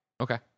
Okay